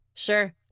Sure